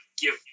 give